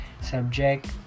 subject